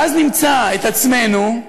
ואז נמצא את עצמנו,